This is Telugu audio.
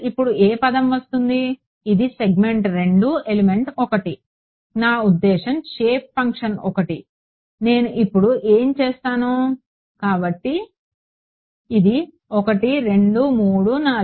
ఇప్పుడు ఏ పదం వస్తుంది ఇది సెగ్మెంట్ 2 ఎలిమెంట్ 1 నా ఉద్దేశ్యం షేప్ ఫంక్షన్ 1 నేను ఇప్పుడు ఏమి చేస్తాను కాబట్టి ఇది 1 2 3 4